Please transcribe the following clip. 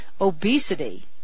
obesity